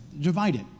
divided